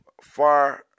far